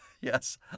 Yes